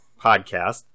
podcast